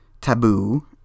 taboo